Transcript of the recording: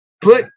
Put